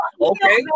Okay